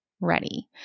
ready